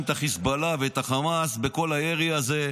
את החיזבאללה ואת החמאס בכל הירי הזה,